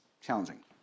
challenging